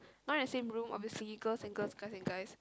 not in the same room obviously girls and girls guys and guys